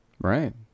right